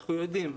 אנחנו יודעים.